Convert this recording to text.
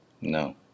No